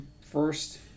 first